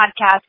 podcast